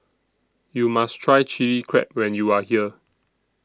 YOU must Try Chili Crab when YOU Are here